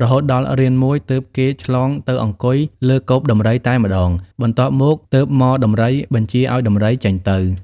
រហូតដល់រានមួយទើបគេឆ្លងទៅអង្គុយលើកូប ដំរីតែម្តង បន្ទាប់មកទើបហ្មដំរីបញ្ជាឱ្យដំរីចេញដំណើរ ។